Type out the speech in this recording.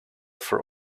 for